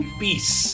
peace